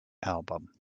album